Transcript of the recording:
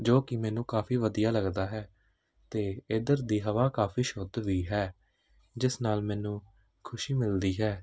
ਜੋ ਕਿ ਮੈਨੂੰ ਕਾਫੀ ਵਧੀਆ ਲੱਗਦਾ ਹੈ ਅਤੇ ਇੱਧਰ ਦੀ ਹਵਾ ਕਾਫੀ ਸ਼ੁੱਧ ਵੀ ਹੈ ਜਿਸ ਨਾਲ ਮੈਨੂੰ ਖੁਸ਼ੀ ਮਿਲਦੀ ਹੈ